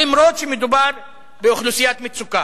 אף-על-פי שמדובר באוכלוסיית מצוקה.